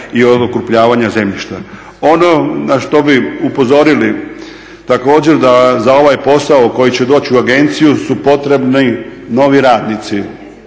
i od okrupnjavanja zemljišta. Ono na što bi upozorili također za ovaj posao koji će doći u agenciju su potrebni novi radnici.